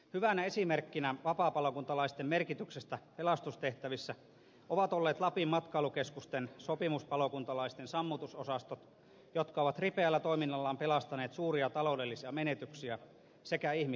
hyvänä esimerkkinä vapaapalokuntalaisten merkityksestä pelastustehtävissä ovat olleet lapin matkailukeskusten sopimuspalokuntalaisten sammutusosastot jotka ovat ripeällä toiminnallaan estäneet suuria taloudellisia menetyksiä sekä pelastaneet ihmishenkiä